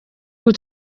ubu